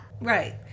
Right